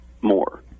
more